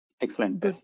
excellent